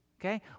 okay